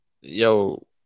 Yo